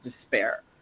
despair